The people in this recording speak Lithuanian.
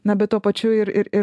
na bet tuo pačiu ir ir ir